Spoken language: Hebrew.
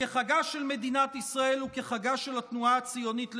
כחגה של מדינת ישראל וכחגה של התנועה הציונית לדורות.